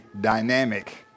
dynamic